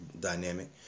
dynamic